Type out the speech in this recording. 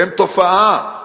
והן תופעה.